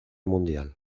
mundial